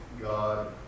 God